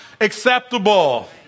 acceptable